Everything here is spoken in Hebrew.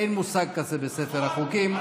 אין מושג כזה בספר החוקים.